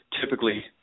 typically